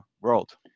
world